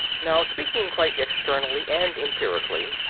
now, speaking quite externally and empirically,